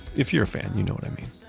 if you're a fan, you know what i mean.